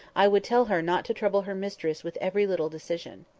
i would tell her not to trouble her mistress with every little decision.